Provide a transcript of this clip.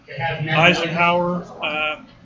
Eisenhower